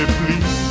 please